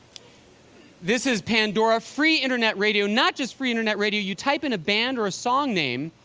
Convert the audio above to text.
this is pandora. free internet radio. not just free internet radio you type in a band or a song name.